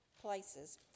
places